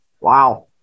Wow